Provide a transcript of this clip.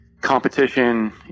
competition